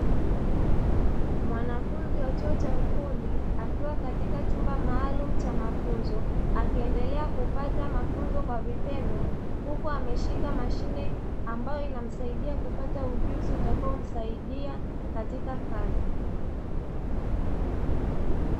Mwanafunzi wa chuo cha ufundi akiwa katika chumba maalumu cha mafunzo, akiendelea kupata mafunzo kwa vitendo huku ameshika mashine ambayo inamsaidia kupata ujuzi utakaomsaidia katika kazi.